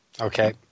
Okay